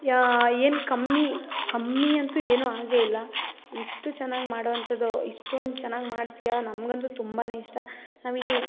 ಯಾ ಏನು ಕಮ್ಮಿ ಕಮ್ಮಿ ಅಂತು ಏನು ಆಗೇ ಇಲ್ಲ ಇಷ್ಟು ಚೆನ್ನಾಗಿ ಮಾಡೊವಂತದ್ದು ಇಷ್ಟೊಂದು ಚೆನ್ನಾಗಿ ಮಾಡ್ತೀಯಾ ನಮಗಂತು ತುಂಬಾ ಇಷ್ಟ ನಾವು ಇದು